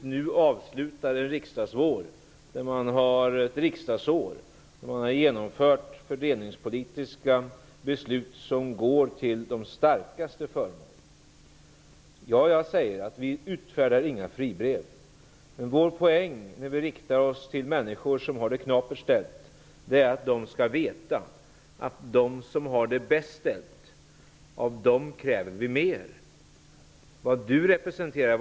Vi avslutar ju nu ett riksdagsår där man har genomfört fördelningspolitiska beslut som är till de starkastes förmån. Ja, jag säger att vi inte utfärdar några fribrev. När vi riktar oss till människor som har det knapert ställt, skall de veta att vi kräver mer av dem som har det bäst ställt.